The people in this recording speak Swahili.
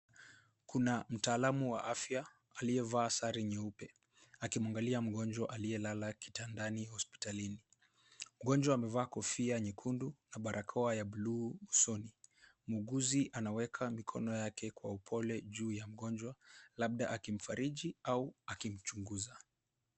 Kuna mtaalamu wa afya aliyevaa sare nyeupe akimwangalia mgonjwa aliyelala kitandani hospitalini. Mgonjwa amevaa kofia nyekundu na barakoa ya buluu usoni. Mwuguzi anaweka mikono yake kwa upole juu ya mgonjwa labda akimfariji au akimchunguza.